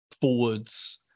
forwards